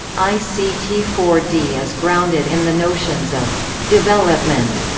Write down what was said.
i c t four d is grounded in the notions of development,